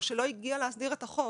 או שלא הגיע להסדיר את החוב.